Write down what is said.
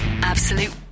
Absolute